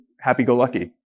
happy-go-lucky